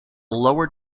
lower